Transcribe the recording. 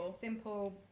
simple